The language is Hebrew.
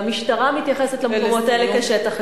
והמשטרה מתייחסת למקומות האלה כאל שטח הפקר.